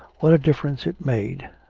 what a difference it made!